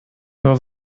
nur